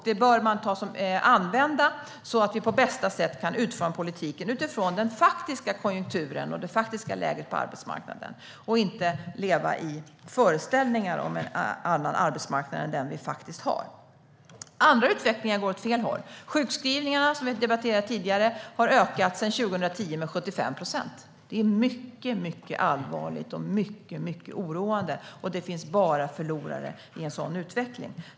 Det bör användas så att vi på bästa sätt kan utforma politiken utifrån den faktiska konjunkturen och det faktiska läget på arbetsmarknaden. Vi ska inte leva i föreställningar om en annan arbetsmarknad än den som vi faktiskt har. Annan utveckling går åt fel håll. Sjukskrivningarna, som vi har debatterat tidigare, har ökat med 75 procent sedan 2010. Det är mycket allvarligt och mycket oroande, och det finns bara förlorare i en sådan utveckling.